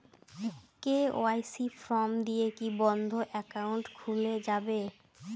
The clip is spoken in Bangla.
কে.ওয়াই.সি ফর্ম দিয়ে কি বন্ধ একাউন্ট খুলে যাবে?